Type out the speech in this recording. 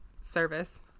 service